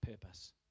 purpose